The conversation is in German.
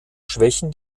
schwächen